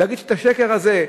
להגיד את השקר הזה,